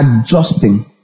adjusting